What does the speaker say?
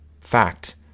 fact